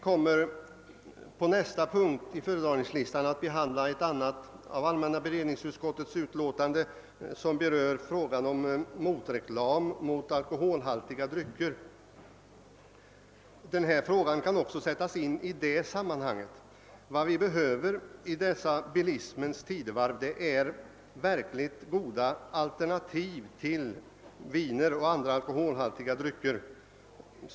Under nästa punkt på föredragningslistan kommer vi att behandla ett annat av allmänna beredningsutskottets utlåtanden, som gäller motreklam mot alkoholhaltiga drycker. Den fråga vi nu behandlar kan också sättas in i det sammanhanget. Vad vi behöver i bilismens tidevarv är verkligt goda alternativ till viner och andra alkoholhaltiga drycker.